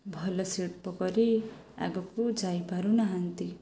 ଭଲ ଶିଳ୍ପ କରି ଆଗକୁ ଯାଇପାରୁ ନାହାନ୍ତି